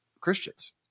Christians